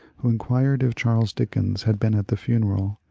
who inquired if charles dickens had been at the funeral,